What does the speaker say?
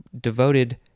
devoted